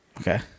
Okay